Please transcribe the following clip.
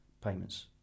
payments